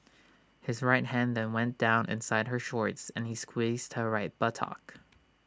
his right hand then went down inside her shorts and he squeezed her right buttock